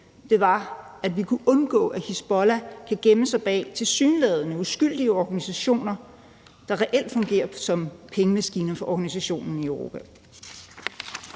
det, var, at vi kunne undgå, at Hizbollah kunne gemme sig bag tilsyneladende uskyldige organisationer, der reelt fungerer som pengemaskiner for organisationen, i Europa.